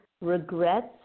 regrets